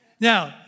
Now